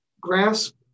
grasp